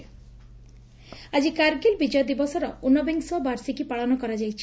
କାରଗିଲ ବିଜୟ ଦିବସ ଆଜି କାଗଗିଲ ବିଜୟ ଦିବସର ଉନବିଂଶ ବାର୍ଷିକୀ ପାଳନ କରାଯାଇଛି